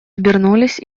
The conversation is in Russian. обернулись